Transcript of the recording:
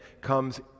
comes